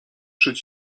przed